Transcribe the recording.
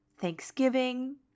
Thanksgiving